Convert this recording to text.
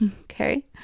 okay